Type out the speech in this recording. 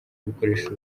gukoresha